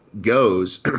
goes